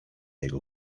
jego